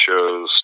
shows